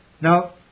Now